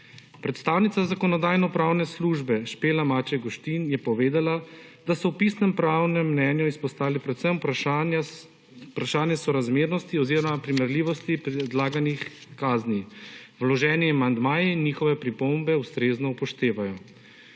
Predstavnica Zakonodajno-pravne službe Špela Maček Guštin je povedala, da so v pisnem pravnem mnenju izpostavili predvsem vprašanje sorazmernosti oziroma primerljivosti predlaganih kazni. Vloženi amandmaji in njihove pripombe ustrezno upoštevajo.